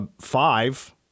five